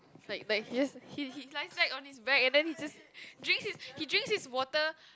like like he is he he lies back on his back and then he just drinks his he drinks his water